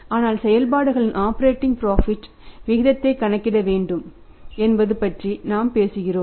ஆனால் செயல்பாடுகளின் operating profit விகிதத்தை கணக்கிட வேண்டும் என்பது பற்றி நாம் பேசுகிறோம்